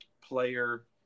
player